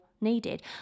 needed